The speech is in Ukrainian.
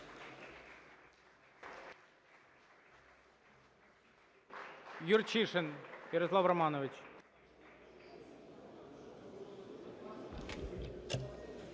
Юрчишин Ярослав Романович.